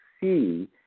see